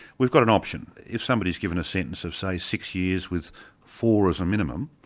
we've got an option. if somebody's given a sentence of, say, six years with four as a minimum,